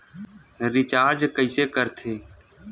Recharge कइसे कर थे?